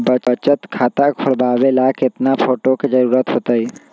बचत खाता खोलबाबे ला केतना फोटो के जरूरत होतई?